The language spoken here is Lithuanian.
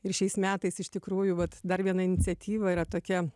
ir šiais metais iš tikrųjų vat dar viena iniciatyva yra tokia